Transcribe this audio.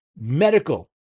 medical